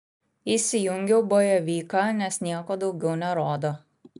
įsijungiau bojevyką nes nieko daugiau nerodo